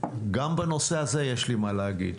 גם בנושא הזה יש לי מה להגיד,